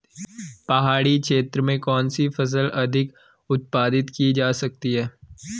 पहाड़ी क्षेत्र में कौन सी फसल अधिक उत्पादित की जा सकती है?